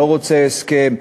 לא רוצה הסכם,